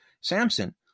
Samson